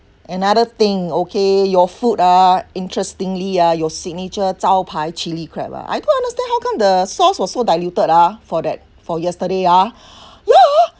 another thing okay your food ah interestingly ah your signature zhao pai chilli crab ah I don't understand how come the sauce was so diluted ah for that for yesterday ah ya